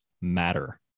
matter